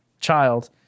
child